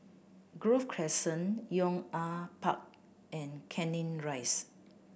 Grove Crescent Yong An Park and Canning Rise